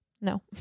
No